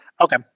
Okay